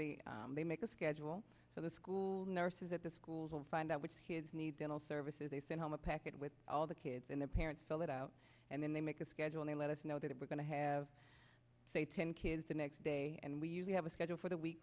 already they make a schedule for the school nurses at the schools and find out which has need dental services they send home a packet with all the kids in their parents fill it out and then they make a schedule they let us know that we're going to have say ten kids the next day and we usually have a schedule for the week